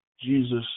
Jesus